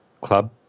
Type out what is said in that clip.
club